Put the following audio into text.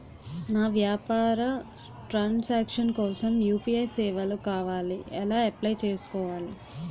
నా వ్యాపార transaction కోసం యు.పి.ఐ సేవలు కావాలి ఎలా అప్లయ్ చేసుకోవాలి?